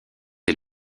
est